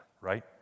right